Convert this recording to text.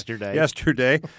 yesterday